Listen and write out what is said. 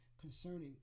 concerning